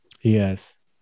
Yes